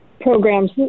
programs